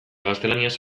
gaztelaniaz